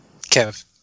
kev